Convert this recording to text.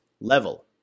level